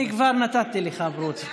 כבר נתתי לך ברוטו.